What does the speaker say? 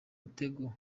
umutego